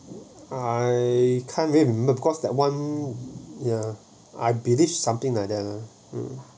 I can't remember of course that one ya I believe something like that lah